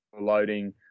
loading